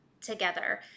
together